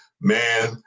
man